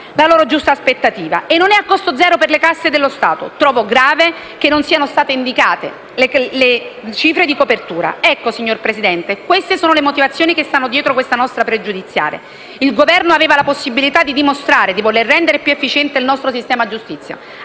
la loro giusta aspettativa. Non è ancora a costo zero per le casse dello Stato: trovo grave che non siano state indicate le cifre di copertura. Concludo, signor Presidente: queste sono le motivazioni che stanno dietro alla nostra questione pregiudiziale. Il Governo aveva la possibilità di dimostrare nei fatti di voler rendere più efficiente il nostro sistema giustizia.